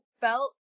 felt